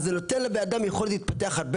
אז זה נותן לבנאדם יכולת להתפתח הרבה